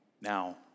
Now